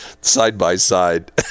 side-by-side